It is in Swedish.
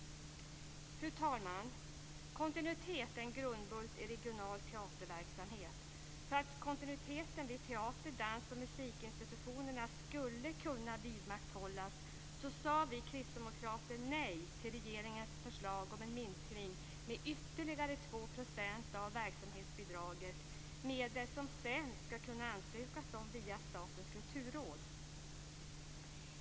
Fru talman! Kontinuitet är en grundbult i regional teaterverksamhet. För att kontinuiteten vid teater-, dans och musikinstitutionerna skulle kunna vidmakthållas sade vi kristdemokrater nej till regeringens förslag om en minskning med ytterligare 2 % av verksamhetsbidraget - medel som man sedan skall kunna ansöka om via Statens kulturråd.